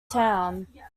town